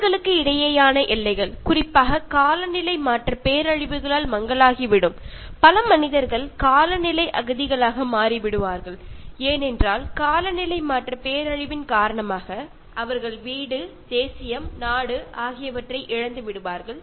நாடுகளுக்கிடையேயான எல்லைகள் குறிப்பாக காலநிலை மாற்ற பேரழிவுகளால் மங்கலாகிவிடும் பல மனிதர்கள் காலநிலை அகதிகளாக மாறிவிடுவார்கள் ஏனென்றால் காலநிலை மாற்ற பேரழிவின் காரணமாக அவர்கள் வீடு தேசியம் நாடு ஆகியவற்றை இழந்துவிடுவார்கள்